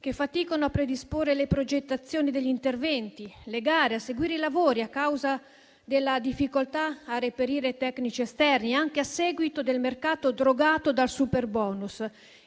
che faticano a predisporre le progettazioni degli interventi, le gare e a seguire i lavori a causa della difficoltà di reperire tecnici esterni, anche a seguito del mercato drogato dal superbonus.